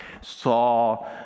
saw